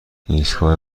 ایستگاه